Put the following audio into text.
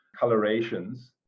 colorations